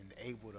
enabled